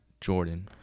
Jordan